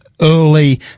Early